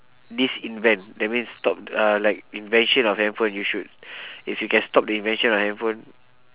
disinvent that means stop uh like invention of handphone you should if you can stop the invention of handphone